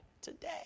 today